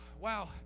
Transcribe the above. wow